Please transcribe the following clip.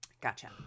gotcha